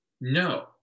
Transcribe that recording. No